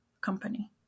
company